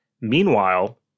Meanwhile